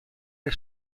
del